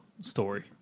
story